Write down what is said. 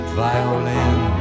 violin